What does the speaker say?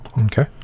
Okay